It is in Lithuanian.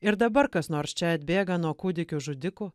ir dabar kas nors čia atbėga nuo kūdikių žudikų